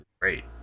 Great